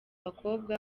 bakobwa